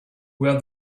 where